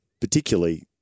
particularly